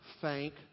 Thank